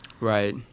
right